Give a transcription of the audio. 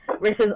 versus